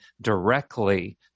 directly